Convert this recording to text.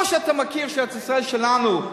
או שאתה מכיר שארץ-ישראל שלנו,